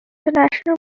international